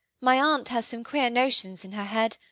my aunt has some queer notions in her head.